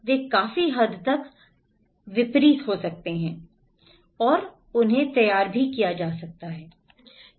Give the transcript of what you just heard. वे काफी हद तक तैयार हो सकते हैं